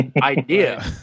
idea